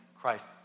Christ